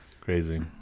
crazy